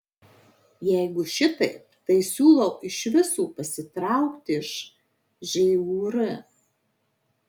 jeigu šitaip tai siūlau iš viso pasitraukti iš žūr